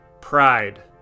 pride